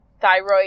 thyroid